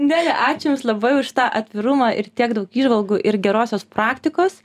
neli ačiū jums labai už tą atvirumą ir tiek daug įžvalgų ir gerosios praktikos